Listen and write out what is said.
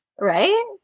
Right